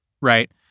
right